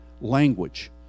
language